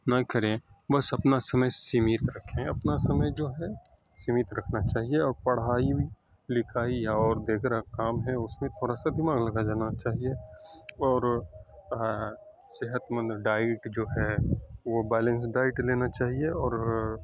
نہ کریں بس اپنا سمے سیمت رکھیں اپنا سمے جو ہے سیمت رکھنا چاہیے او پڑھائی لکھائی اور دیگر کام ہیں اس میں تھوڑا سا دماغ لگا جانا چاہیے اور صحت مند ڈائٹ جو ہے وہ بیلنس ڈائٹ لینا چاہیے اور